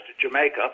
Jamaica